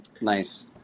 Nice